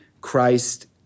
Christ